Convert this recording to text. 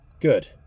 good